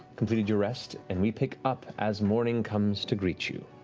completed your rest and we pick up as morning comes to greet you.